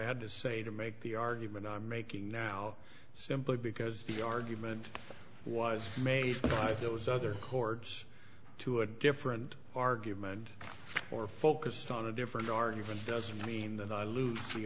had to say to make the argument i'm making now simply because the argument was made by those other chords to a different argument or focused on a different argument doesn't mean that i lose the